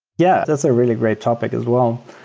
yeah, that's a really great topic as well.